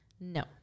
No